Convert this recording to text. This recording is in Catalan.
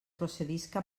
procedisca